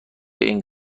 این